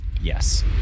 Yes